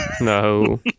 No